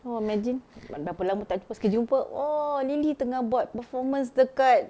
!wah! imagine berapa lama tak jumpa sekali jumpa !wah! lily tengah buat performance dekat